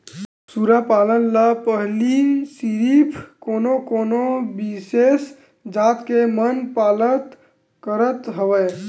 सूरा पालन ल पहिली सिरिफ कोनो कोनो बिसेस जात के मन पालत करत हवय